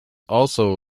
also